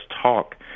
talk